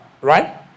right